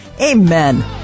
Amen